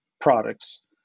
products